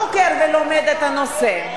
חברת הכנסת זוארץ.